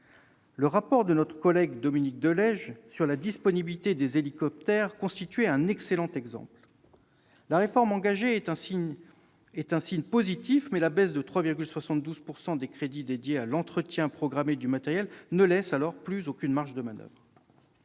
Le rapport de Dominique de Legge relatif à la disponibilité des hélicoptères constituait un excellent exemple. La réforme engagée est un signe positif, mais la baisse de 3,72 % des crédits dédiés à l'entretien programmé du matériel ne laisse plus aucune marge de manoeuvre.